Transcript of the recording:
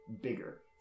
bigger